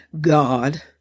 God